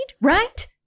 right